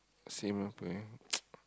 same lor ya